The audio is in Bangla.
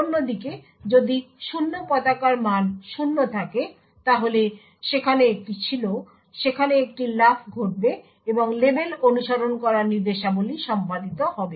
অন্যদিকে যদি 0 পতাকার মান 0 থাকে তাহলে সেখানে একটি ছিল সেখানে একটি লাফ ঘটবে এবং লেবেল অনুসরণ করা নির্দেশাবলী সম্পাদিত হবে